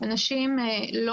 אנשים לא